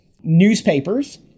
newspapers